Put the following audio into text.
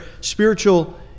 spiritual